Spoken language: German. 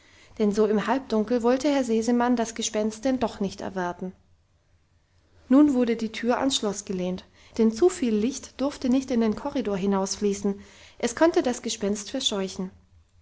denn so im halbdunkel wollte herr sesemann das gespenst denn doch nicht erwarten nun wurde die tür ans schloss gelehnt denn zu viel licht durfte nicht in den korridor hinausfließen es konnte das gespenst verscheuchen